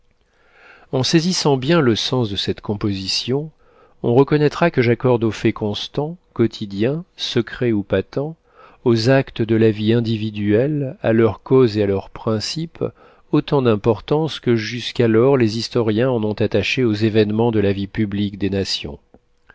en saisissant bien le sens de cette composition on reconnaîtra que j'accorde aux faits constants quotidiens secrets ou patents aux actes de la vie individuelle à leurs causes et à leurs principes autant d'importance que jusqu'alors les historiens en ont attaché aux événements de la vie publique des nations